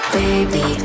baby